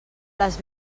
les